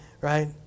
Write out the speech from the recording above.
right